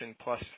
plus